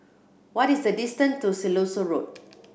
what is the distance to Siloso Road